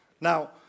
Now